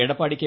Edappadi K